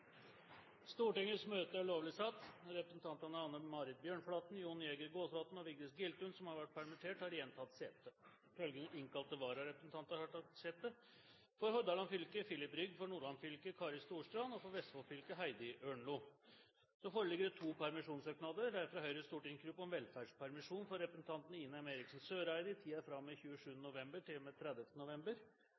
Anne Marit Bjørnflaten, Jon Jæger Gåsvatn og Vigdis Giltun, som har vært permittert, har igjen tatt sete. Følgende innkalte vararepresentanter har tatt sete: For Hordaland fylke: Filip Rygg For Nordland fylke: Kari Storstrand For Vestfold fylke: Heidi Ørnlo Det foreligger to permisjonssøknader: fra Høyres stortingsgruppe om velferdspermisjon for representanten Ine M. Eriksen Søreide i tiden fra og med 27. november til og med 30. november